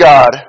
God